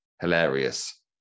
hilarious